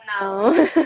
No